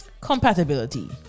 compatibility